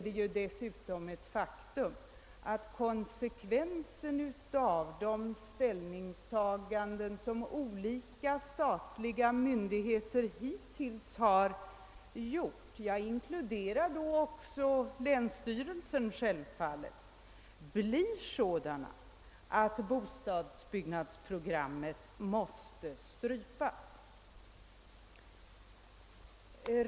Det är dessutom ett faktum att konsekvensen av de ställningstaganden som olika statliga myndigheter hittills har gjort — jag inkluderar då självfallet länsstyrelsen — blir sådana att bostadsbyggnadsprogrammet måste strypas.